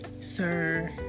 sir